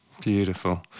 Beautiful